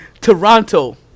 Toronto